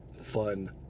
fun